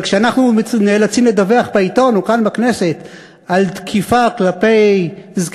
אבל כשאנחנו נאלצים לדווח בעיתון או כאן בכנסת על תקיפה של זקנים,